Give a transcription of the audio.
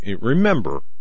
Remember